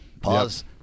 Pause